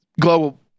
global